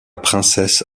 princesse